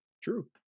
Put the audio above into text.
true